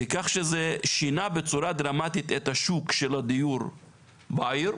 כך שזה שינה בצורה דרמטית את השוק של הדיור בעיר.